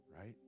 right